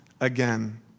again